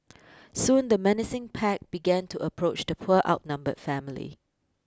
soon the menacing pack began to approach the poor outnumbered family